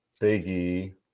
biggie